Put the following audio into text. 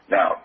Now